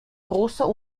großer